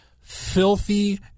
filthy